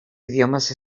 idiomes